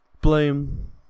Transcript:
blame